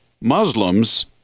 Muslims